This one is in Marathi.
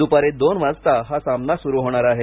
दुपारी दोन वाजता हा सामना सुरु होणार आहे